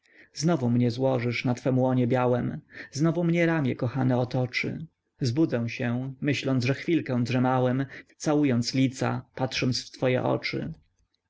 znowu mnie złożysz na twem łonie białem znowu mnie ramię kochane otoczy zbudzę się myśląc że chwilkę drzemałem całując lica patrząc w twoje oczy